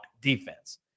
defense